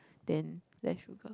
then less sugar